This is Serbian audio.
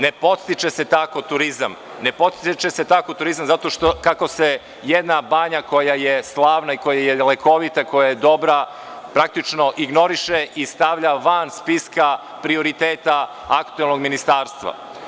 Ne podstiče se tako turizam, jer jedna banja koja je slavna i koja je lekovita koja je dobra, praktično ignoriše i stavlja van spiska prioriteta aktuelnog ministarstva.